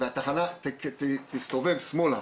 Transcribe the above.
תסתובב שמאלה